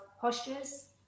postures